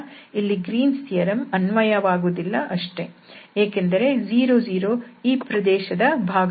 ಇಲ್ಲಿ Green's theorem Green's theorem ಅನ್ವಯವಾಗುವುದಿಲ್ಲ ಅಷ್ಟೇ ಏಕೆಂದರೆ 0 0 ಈ ಪ್ರದೇಶದ ಭಾಗವಲ್ಲ